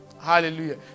Hallelujah